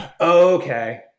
Okay